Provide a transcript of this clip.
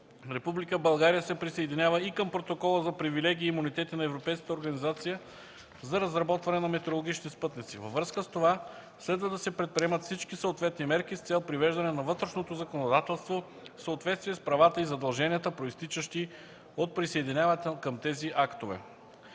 България се присъединява и към Протокола за привилегии и имунитети на Европейската организация за разработване на метеорологични спътници. Във връзка с това следва да се предприемат всички съответни мерки с цел привеждане на вътрешното законодателство в съответствие с правата и задълженията, произтичащи от присъединяването към тези актове.